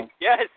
Yes